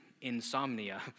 insomnia